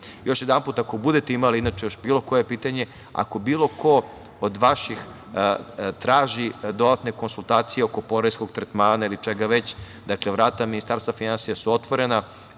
jedanput, ako budete imali još bilo koje pitanje, ako bilo ko od vaših traži dodatne konsultacije oko poreskog tretmana ili čega već, vrata Ministarstva finansija su otvorena,